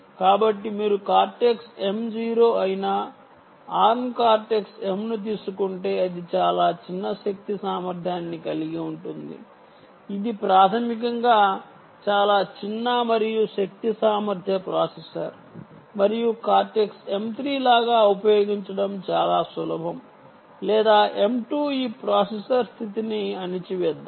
కాబట్టి మీరు cortex M 0 అయిన ఆర్మ్ కార్టెక్స్ M ను తీసుకుంటే అది చాలా చిన్న శక్తి సామర్థ్యాన్ని కలిగి ఉంటుంది ఇది ప్రాథమికంగా చాలా చిన్న మరియు శక్తి సామర్థ్య ప్రాసెసర్ మరియు కార్టెక్స్ M 3 లాగా ఉపయోగించడం చాలా సులభం లేదా M 2 ఈ ప్రాసెసర్ స్థితిని అణిచివేద్దాం